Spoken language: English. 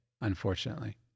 unfortunately